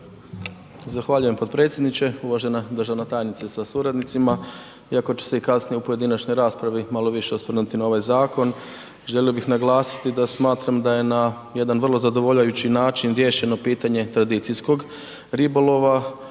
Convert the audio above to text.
Zahvaljujem potpredsjedniče. Uvažena državna tajnice sa suradnicima. Iako ću se i kasnije u pojedinačnoj raspravi malo više osvrnuti na ovaj zakon želio bih naglasiti da smatram da je na jedan vrlo zadovoljavajući način riješeno pitanje tradicijskog ribolova